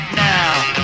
now